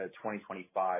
2025